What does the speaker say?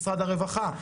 משרד הרווחה.